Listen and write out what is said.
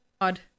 odd